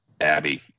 Abby